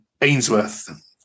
Ainsworth